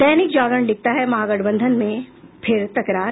दैनिक जागरण लिखता है महागठबंधन में फिर तकरार